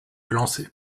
lancer